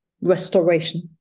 restoration